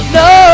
no